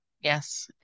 Yes